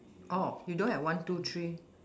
oh you don't have one two three